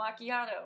macchiato